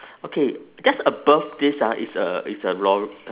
okay just above this ah is a is a lor~